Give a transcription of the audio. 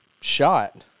shot